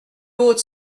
haute